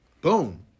Boom